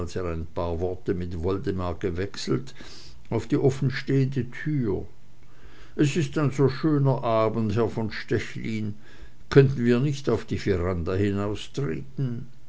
ein paar worte mit woldemar gewechselt auf die offenstehende tür es ist ein so schöner abend herr von stechlin könnten wir nicht auf die veranda